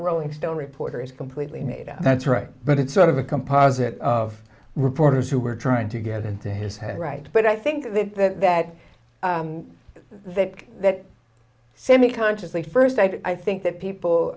rolling stone reporter is completely made up that's right but it's sort of a composite of reporters who were trying to get into his head right but i think that that vic that semi consciously first i think that people